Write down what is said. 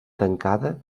tancada